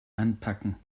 anpacken